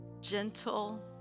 gentle